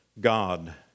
God